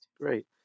Great